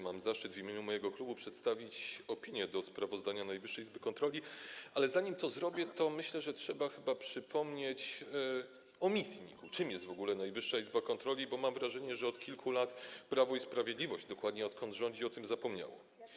Mam zaszczyt w imieniu mojego klubu przedstawić opinię co do sprawozdania Najwyższej Izby Kontroli, ale myślę, że zanim to zrobię, to muszę chyba przypomnieć o misji NIK-u, czym jest w ogóle Najwyższa Izba Kontroli, bo mam wrażenie, że od kilku lat Prawo i Sprawiedliwość, dokładnie odkąd rządzi, o tym zapomniało.